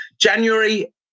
january